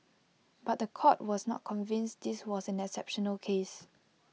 but The Court was not convinced this was an exceptional case